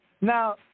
Now